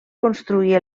construir